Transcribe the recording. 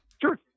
Sure